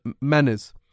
manners